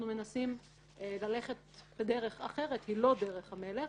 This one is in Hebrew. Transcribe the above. מנסים ללכת בדרך אחרת - היא לא דרך המלך